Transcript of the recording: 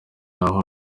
n’aho